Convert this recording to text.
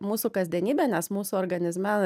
mūsų kasdienybė nes mūsų organizme